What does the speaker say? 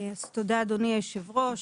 תודה, אדוני היושב ראש.